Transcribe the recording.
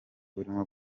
urimo